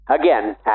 Again